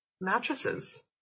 mattresses